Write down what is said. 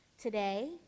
Today